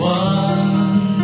one